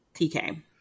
tk